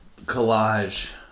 collage